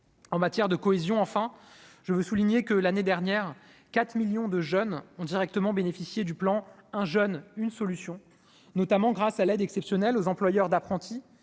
en matière de cohésion, enfin, je veux souligner que l'année dernière 4 millions de jeunes ont directement bénéficié du plan, un jeune une solution, notamment grâce à l'aide exceptionnelle aux employeurs d'apprentis